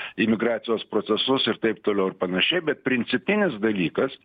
imigracijos procesus ir taip toliau ir panašiai bet principinis dalykas